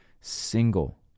single